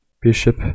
Bishop